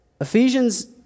Ephesians